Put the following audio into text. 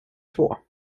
två